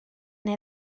neu